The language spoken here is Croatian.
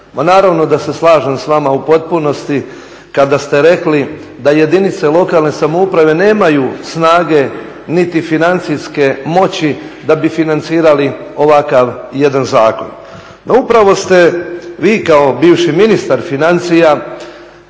naravno da se slažem s vama u potpunosti kada ste rekli da jedinice lokalne samouprave nemaju snage niti financijske moći da bi financirali ovakav jedan zakon. No upravo ste vi kao bivši ministar financija,